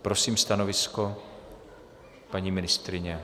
Prosím stanovisko paní ministryně?